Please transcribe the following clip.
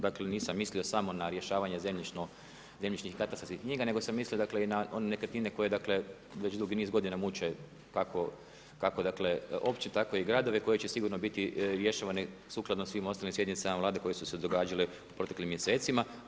Dakle nisam mislio samo na rješavanje zemljišnih katastarskih knjiga, nego sam mislio dakle i na one nekretnine koje već dugi niz godina muče, kako općine, tako i gradove koji će sigurno biti rješavani sukladno svim ostalim sjednicama vlade koje su se događale proteklim mjesecima.